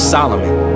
Solomon